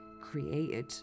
created